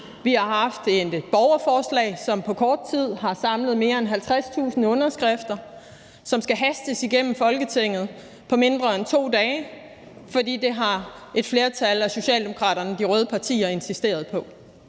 Vi har haft et borgerforslag, som på kort tid har samlet mere end 50.000 underskrifter, som skal hastes igennem Folketinget på mindre end 2 dage, for det har et flertal af Socialdemokraterne og de røde partier insisteret på.